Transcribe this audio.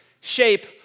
shape